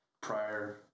prior